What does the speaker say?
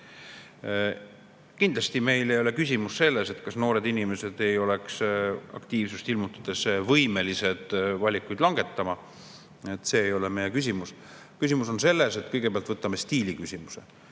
Kindlasti ei ole küsimus selles, kas noored inimesed ei oleks aktiivsust ilmutades võimelised valikuid langetama. See ei ole meie küsimus. Küsimus on selles: võtame kõigepealt stiiliküsimuse.